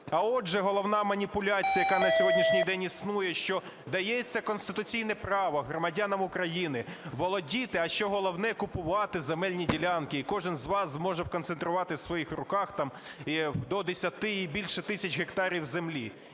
а отже, головна маніпуляція, яка на сьогоднішній день існує, що дається конституційне право громадянам України володіти, а що головне, купувати земельні ділянки, і кожен з вас зможе сконцентрувати в своїх руках там до 10 і більше тисяч гектарів землі.